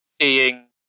Seeing